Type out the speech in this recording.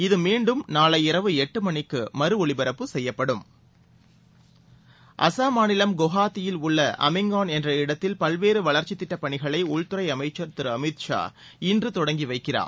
இது மீண்டும் நாளை இரவு எட்டுமணிக்கு மறு ஒலிபரப்பு செய்யப்படும் இடத்தில் அசாம் மாநிலம் குவஹாத்தியில் உள்ள அமிங்கான் என்ற பல்வேறுவளர்ச்சிதிட்டப்பணிகளைஉள்துறைஅமைச்சர் திருஅமித் ஷா இன்றதொடங்கிவைக்கிறார்